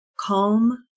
Calm